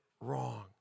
wrong